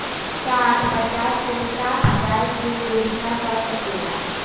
सांड पचास से साठ गाय के गोभिना कर सके ला